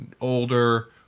older